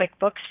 QuickBooks